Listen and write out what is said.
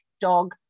dog